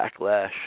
backlash